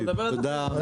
אנחנו נדבר על זה אחר כך.